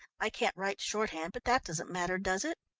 i can't write shorthand, but that doesn't matter, does it?